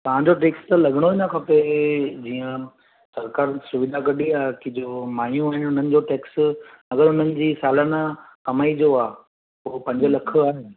तव्हां जो फिक्स लॻणो ई न खपे जीअं सरकारि सुविधा गॾी रखिजो मायूं हुयूं हुननि जो टेक्स अगरि हुननि जी सालाना कमाइ जो आहे पोइ पंज लख आहे